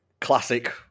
classic